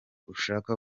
ushaka